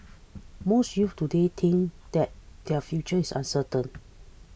most youths today think that their future is uncertain